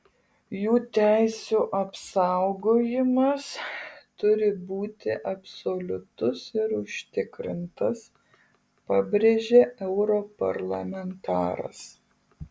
jų teisių apsaugojimas turi būti absoliutus ir užtikrintas pabrėžė europarlamentaras